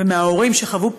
ומההורים שחוו פגייה,